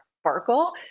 sparkle